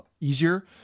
easier